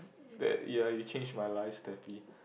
that ye you changed my life Steffi